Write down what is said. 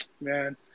man